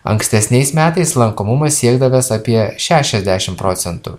ankstesniais metais lankomumas siekdavęs apie šešiasdešim procentų